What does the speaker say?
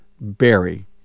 Barry